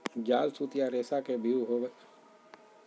जाल सूत या रेशा के व्यूह होवई हई जाल मे मछली, मच्छड़, पक्षी पार नै जा हई